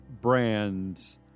Brands